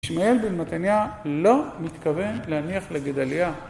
שמיאל בן מתניה לא מתכוון להניח לגדליה